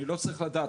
אני לא צריך לדעת.